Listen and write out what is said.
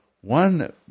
One